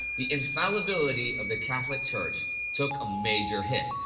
the infallibility of the catholic church took a major hit,